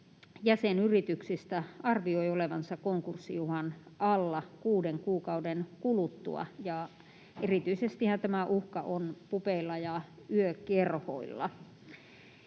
jäsenyrityksistä arvioi olevansa konkurssiuhan alla kuuden kuukauden kuluttua, ja erityisestihän tämä uhka on pubeilla ja yökerhoilla.